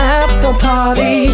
after-party